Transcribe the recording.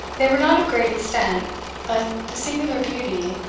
they were not of great extent but the singular beauty,